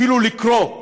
אפילו לקרוא,